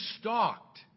stalked